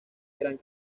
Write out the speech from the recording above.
gran